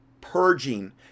purging